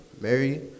mary